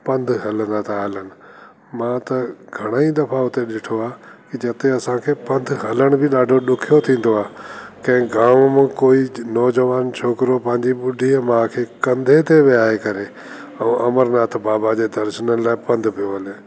पंधि हलंदा था हलनि मां त घणा ई दफ़ा हुते ॾिठो आहे की जाते असांखे पंधि हलण बि ॾाढो ॾुखियो थींदो आहे कंहिं गांव मां कोई नोवजानु छोकिरो पंहिंजी बुढ़ीअ माउ खे कंधे ते वेहारे करे ऐं अमरनाथ बाबा जे दर्शननि लाइ पंधि पियो वञे